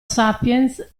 sapiens